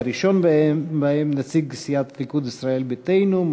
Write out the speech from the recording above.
שהראשון בהם הוא נציג סיעת הליכוד ישראל ביתנו,